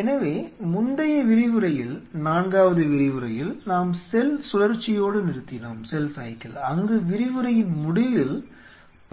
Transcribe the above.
எனவே முந்தைய விரிவுரையில் நான்காவது விரிவுரையில் நாம் செல் சுழற்சியோடு நிறுத்தினோம் அங்கு விரிவுரையின் முடிவில்